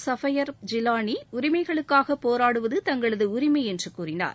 ஸஃபர்யப் ஜிலானி உரிமைகளுக்காக போராடுவது தங்களது உரிமை என்று கூறினார்